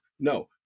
No